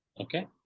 Okay